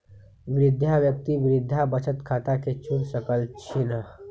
वृद्धा व्यक्ति वृद्धा बचत खता के चुन सकइ छिन्ह